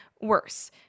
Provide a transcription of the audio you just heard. worse